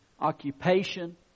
occupation